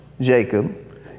Jacob